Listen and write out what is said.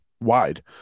wide